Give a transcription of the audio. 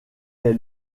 est